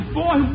boy